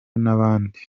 n’andi